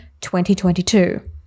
2022